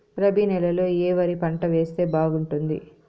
రబి నెలలో ఏ వరి పంట వేస్తే బాగుంటుంది